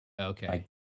okay